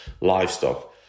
livestock